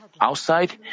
outside